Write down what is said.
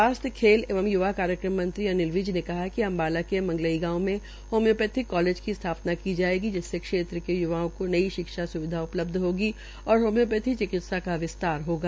स्वास्थ्य खेल एवं य्वा कार्यक्रम मंत्री अनिल विज ने कहा है कि अम्बाला के मंगलई गांव में होम्यो थिक कॉलेज की स्था ना की जायेगी जिससे क्षेत्र के य्वाओं को नई स्विधा उ लबध होगी और होम्योप्रैथी चिकित्सा का विस्तार होगा